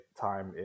time